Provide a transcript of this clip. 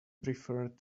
preferred